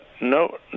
no